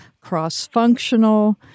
cross-functional